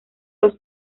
los